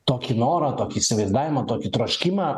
tokį norą tokį įsivaizdavimą tokį troškimą